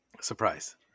surprise